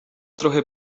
trochę